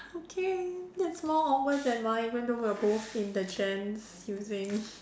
okay that's more awkward than mine even though we are both in the gents using